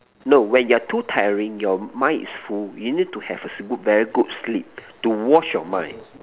no when you're too tiring your mind is full you need to have a good very good sleep to wash your mind